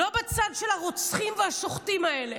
לא בצד של הרוצחים והשוחטים האלה.